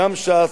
גם ש"ס,